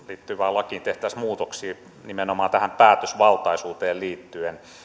liittyvään lakiin tehtäisiin muutoksia nimenomaan tähän päätösvaltaisuuteen liittyen